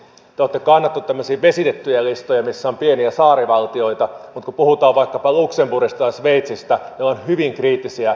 te olette kannattanut tämmöisiä vesitettyjä listoja missä on pieniä saarivaltioita mutta kun puhutaan vaikka luxemburgista ja sveitsistä ne ovat hyvin kriittisiä näihin pidempiin listoihin